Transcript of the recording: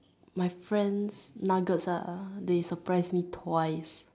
my friends nuggets ah they surprise me twice